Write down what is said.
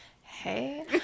hey